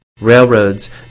Railroads